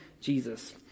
Jesus